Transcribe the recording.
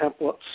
templates